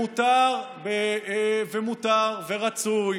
מותר ורצוי